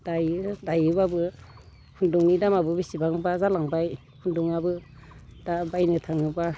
दायो दायोब्लाबो खुन्दुंनि दामाबो बिसिबांबा जालांबाय खुन्दुङाबो दा बायनो थाङोब्ला